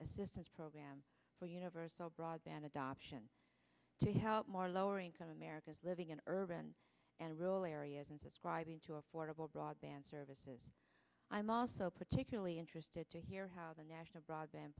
assistance program for universal broadband adoption to help more lower income americans living in urban and rural areas and subscribing to affordable broadband services i'm also particularly interested to hear how the national broadband